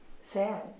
sad